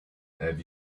have